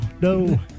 no